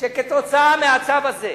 שכתוצאה מהצו הזה